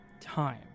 time